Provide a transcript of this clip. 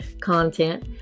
content